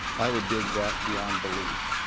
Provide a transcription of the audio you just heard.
i would dig that beyond belief.